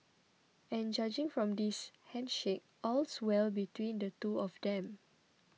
and judging from this handshake all's well between the two of them